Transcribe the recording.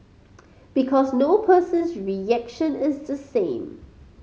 because no person's reaction is the same